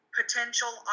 potential